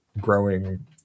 growing